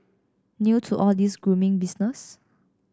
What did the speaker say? new to all this grooming business